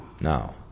Now